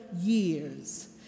years